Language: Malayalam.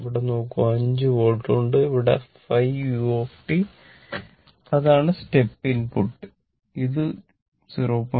ഇവിടെ നോക്കൂ 5 വോൾട്ട് ഉണ്ട് ഇവിടെ 5 u അതാണ് സ്റ്റെപ്പ് ഇൻപുട്ട് ഇത് 0